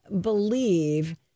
believe